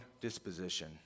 disposition